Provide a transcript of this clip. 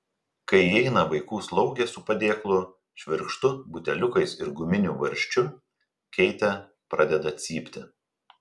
kai įeina vaikų slaugė su padėklu švirkštu buteliukais ir guminiu varžčiu keitė pradeda cypti